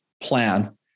plan